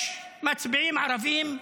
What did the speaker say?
יש מצביעים ערבים,